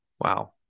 Wow